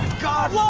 god!